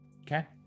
Okay